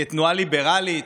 כתנועה ליברלית,